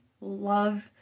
love